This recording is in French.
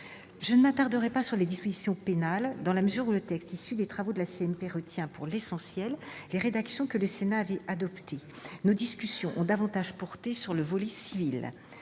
Je ne m'attarderai pas sur les dispositions pénales dans la mesure où le texte issu des travaux de la CMP retient, pour l'essentiel, les rédactions que le Sénat avait adoptées. Nos discussions ont davantage porté sur le volet civil.